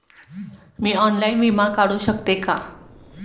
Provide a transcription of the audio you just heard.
मी online विमा काढू शकते का?